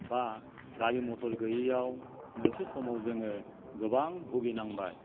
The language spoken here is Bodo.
बा गारि मटर गैयैआव मोनसे समाव जोङो गोबां भुगिनांबाय